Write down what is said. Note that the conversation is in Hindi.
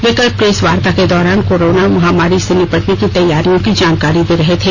वे कल प्रेस वार्ता के दौरान कोरोना महामारी से निपटने के तैयारियों की जानकारी दे रहे थे